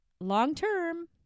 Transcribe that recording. long-term